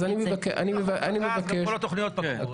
אם החוק פקע, אז כל התוכניות פקעו.